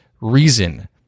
reason